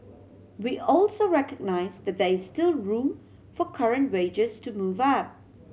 we also recognised that there is still room for current wages to move up